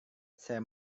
saya